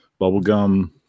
bubblegum